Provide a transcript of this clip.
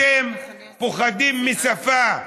אתם פוחדים משפה.